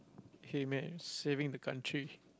okay man saving the country